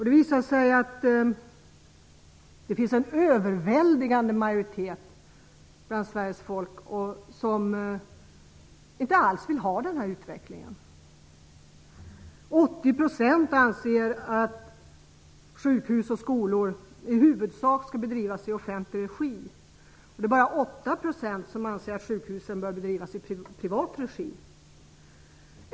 Det visade sig att en överväldigande majoritet av Sveriges folk inte alls vill ha denna utveckling. 80 % anser att sjukhus och skolor i huvudsak skall drivas i offentlig regi. Bara 8 % anser att sjukhusen bör drivas i privat regi.